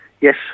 Yes